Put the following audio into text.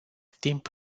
timp